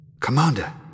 Commander